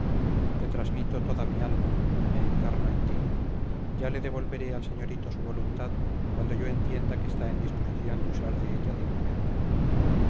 te transmito toda mi alma me encarno en ti ya le devolveré al señorito su voluntad cuando yo entienda que está en disposición de usar de ella dignamente